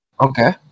Okay